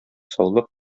саулык